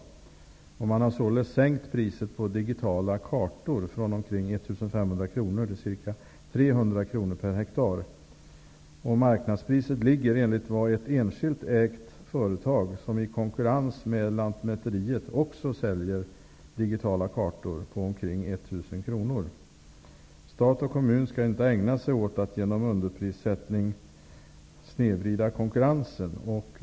Lantmäteriet har således sänkt priset på digitala kartor från ca 1 500 kr till ca 300 kr per hektar. Enligt ett enskilt ägt företag, som i konkurrens med lantmäteriet också säljer digitala kartor, ligger marknadspriset på omkring 1 000 kr. Stat och kommun skall inte ägna sig åt att genom underprissättning snedvrida konkurrensen.